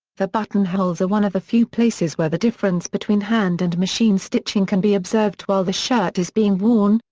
the buttonholes are one of the few places where the difference between hand and machine stitching can be observed while the shirt is being worn,